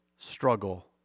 struggle